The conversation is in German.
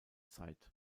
zeit